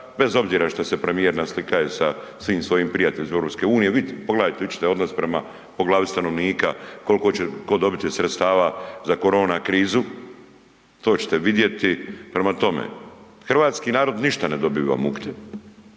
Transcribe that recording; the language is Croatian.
bez obzira šta se premijer naslikava sa svim svojim prijateljima iz EU-a, vidite, pogledajte, vidjet ćete odnos prema po glavi po stanovnika koliko će ko dobiti sredstava za korona krizu, to ćete vidjeti. Prema tome, hrvatski narod ništa ne dobiva mukte,